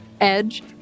edge